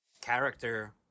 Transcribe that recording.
character